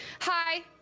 hi